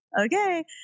okay